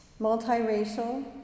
Multiracial